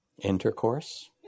intercourse